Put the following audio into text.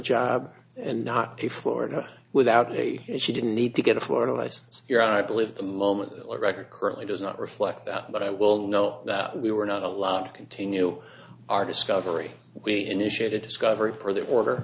job and not a florida without a she didn't need to get a florida license your i believe the moment record currently does not reflect but i will know that we were not allowed to continue our discovery we initiated discovery for the order